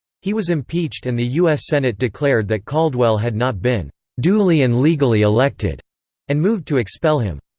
he was impeached and the us senate declared that caldwell had not been duly and legally elected and moved to expel him.